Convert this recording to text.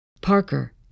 Parker